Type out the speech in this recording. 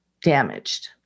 damaged